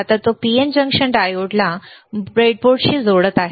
आता तो PN जंक्शन डायोडला ब्रेडबोर्डशी जोडत आहे